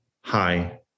hi